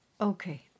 okay